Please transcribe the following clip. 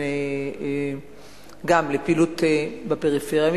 גם לפעילות בפריפריה.